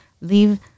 leave